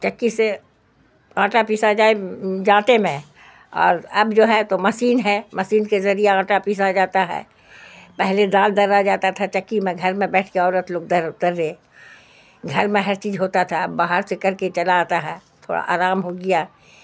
چکی سے آٹا پیسا جائے جانتے میں اور اب جو ہے تو مسین ہے مسین کے ذریعہ آٹا پیسا جاتا ہے پہلے دال درا جاتا تھا چکی میں گھر میں بیٹھ کے عورت لوگ در درے گھر میں ہر چیز ہوتا تھا باہر سے کر کے چلا آتا ہے تھوڑا آرام ہو گیا